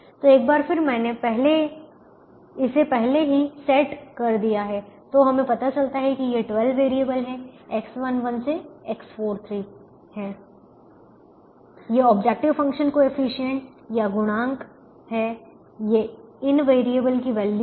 तो एक बार फिर मैंने इसे पहले ही सेट कर दिया है तो हमें पता चलता है कि ये 12 वेरिएबल हैं X11 से X43 हैं ये ऑब्जेक्टिव फ़ंक्शन कोएफिशिएंट गुणांक हैं ये इन वेरिएबल की वैल्यू हैं